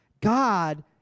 God